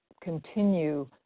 continue